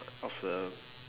of the